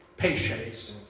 Patience